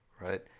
right